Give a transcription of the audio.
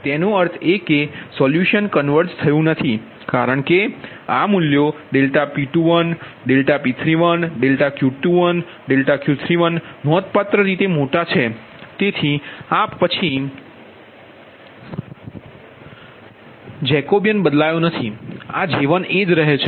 તેનો અર્થ એ કે સોલ્યુશન કન્વર્ઝ થયું નથી કારણ કે આ ∆P21∆P31 ∆Q21 ∆Q31 નોંધપાત્ર રીતે મોટા છે તેથી આ પછી આ પછી જેકોબીયન બદલાયો નથી આ J1 એ જ રહે છે